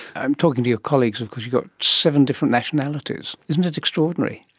i'm talking to your colleagues, of course you've got seven different nationalities. isn't it extraordinary.